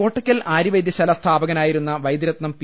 കോട്ട ക്കൽ ആര്യ വൈദ്യശാല സ്ഥാപകനായിരുന്ന വൈദ്യരത്നം പി